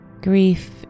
Grief